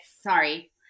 Sorry